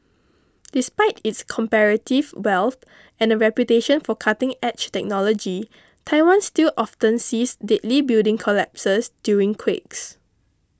despite its comparative wealth and a reputation for cutting edge technology Taiwan still often sees deadly building collapses during quakes